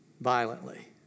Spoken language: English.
violently